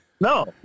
no